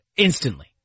Instantly